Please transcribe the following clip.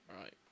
Right